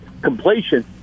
completion